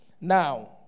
Now